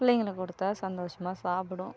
பிள்ளைங்களுக்கு கொடுத்தா சந்தோஷமாக சாப்பிடும்